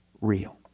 real